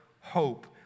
hope